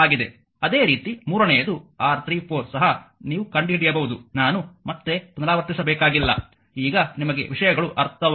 ಅದೇ ರೀತಿ ಮೂರನೆಯದು R34 ಸಹ ನೀವು ಕಂಡುಹಿಡಿಯಬಹುದು ನಾನು ಮತ್ತೆ ಪುನರಾವರ್ತಿಸಬೇಕಾಗಿಲ್ಲ ಈಗ ನಿಮಗೆ ವಿಷಯಗಳು ಅರ್ಥವಾಗುತ್ತವೆ